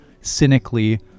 cynically